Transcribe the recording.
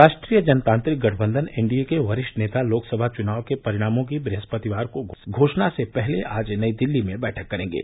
राष्ट्रीय जनतांत्रिक गठबंधन एनडीए के वरिष्ठ नेता लोकसभा चुनाव परिणामों की बृहस्पतिवार को घोषणा से पहले आज नई दिल्ली में बैठक करेंगे